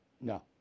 no